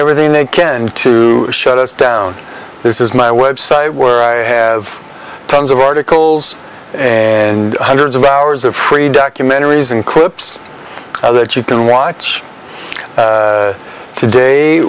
everything they can to shut us down this is my website where i have tons of articles and hundreds of hours of free documentaries and clips that you can watch today